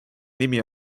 nimi